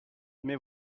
mes